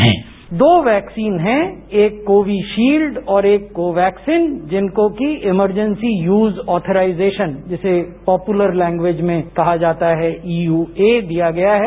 bite दो vaccine हैं एक कोवीशील्ड और एक कोवैक्सीन जिनको कि इमरजेंसी यूज ऑथराइजेशन जिसे पॉपुलर लैंग्वेज में कहा जाता है ईयूए दिया गया है